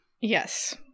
yes